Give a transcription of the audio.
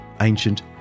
ancient